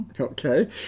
Okay